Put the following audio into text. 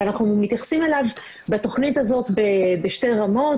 ואנחנו מתייחסים אליו בתכנית הזאת בשתי רמות,